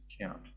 count